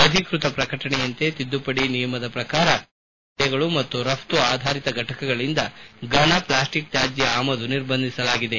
ಅಧಿಕೃತ ಪ್ರಕಟಣೆಯಂತೆ ತಿದ್ದುಪಡಿ ನಿಯಮದ ಪ್ರಕಾರ ವಿಶೇಷ ವಿತ್ತ ವಲಯಗಳು ಮತ್ತು ರಫ್ತು ಆಧಾರಿತ ಫಟಕಗಳಿಂದ ಫನಪ್ಲಾಸ್ಟಿಕ್ ತ್ಯಾಜ್ಯ ಆಮದು ನಿರ್ಬಂಧಿಸಲಾಗಿದೆ